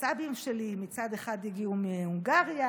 הסבים שלי מצד אחד הגיעו מהונגריה,